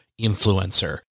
influencer